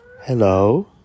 Hello